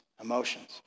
emotions